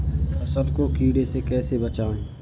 फसल को कीड़े से कैसे बचाएँ?